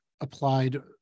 applied